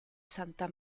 santa